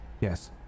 Yes